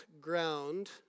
ground